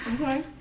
Okay